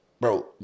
bro